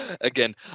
again